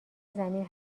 زمین